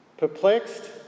Perplexed